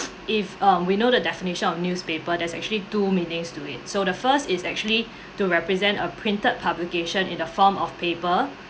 if um we know the definition of newspaper there's actually two meanings to it so the first is actually to represent a printed publication in a form of paper